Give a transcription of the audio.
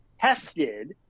tested